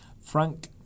Frank